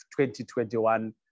2021